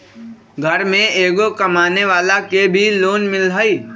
घर में एगो कमानेवाला के भी लोन मिलहई?